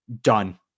Done